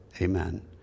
Amen